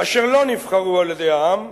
אשר לא נבחרו על-ידי העם,